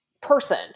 person